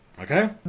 Okay